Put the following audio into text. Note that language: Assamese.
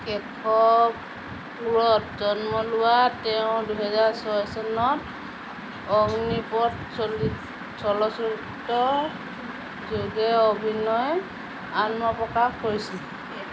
কেশবপুৰত জন্ম লোৱা তেওঁ দুহেজাৰ ছয় চনত অগ্নিপথ চলচিত্ৰ যোগে অভিনয়ৰ আত্মপ্ৰকাশ কৰিছিল